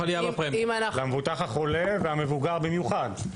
למבוטח החולה והמבוגר במיוחד.